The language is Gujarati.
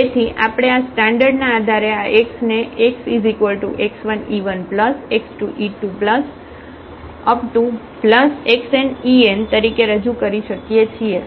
તેથી આપણે આ સ્ટાન્ડર્ડના આધારે આ x નેxx1e1x2e2xnen તરીકે રજૂ કરી શકીએ છીએ